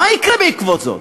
מה יקרה בעקבות זאת?